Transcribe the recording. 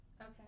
Okay